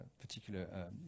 particular